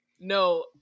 no